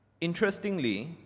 Interestingly